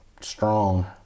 strong